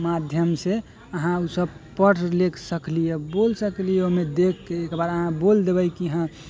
माध्यमसँ अहाँ ओसब पढ़ि लिखि सकली हँ बोलि सकली हँ ओहिमे देखिके एक बार अहाँ बोलि देबै कि हाँ